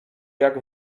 jak